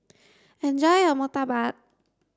enjoy your Murtabak